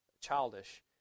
childish